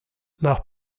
mar